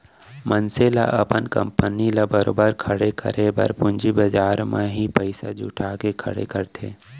मनसे ल अपन कंपनी ल बरोबर खड़े करे बर पूंजी बजार म ही पइसा जुटा के खड़े करथे